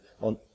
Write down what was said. on